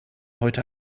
heute